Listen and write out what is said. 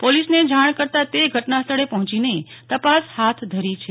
પોલીસને જાણ કરતા તે ઘટના સ્થળે પહોયીને તપાસ હાથ ધરી છે